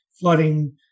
flooding